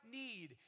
need